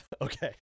Okay